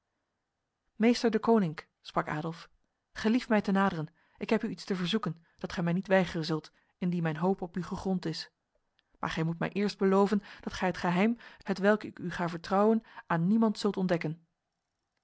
meester deconinck sprak adolf gelief mij te naderen ik heb u iets te verzoeken dat gij mij niet weigeren zult indien mijn hoop op u gegrond is maar gij moet mij eerst beloven dat gij het geheim hetwelk ik u ga vertrouwen aan niemand zult ontdekken